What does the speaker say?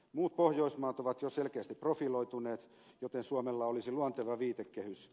muut pohjoismaat ovat jo selkeästi profiloituneet joten suomella olisi luonteva viitekehys